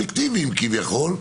פיקטיביים כביכול,